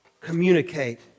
communicate